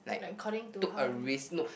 like according to her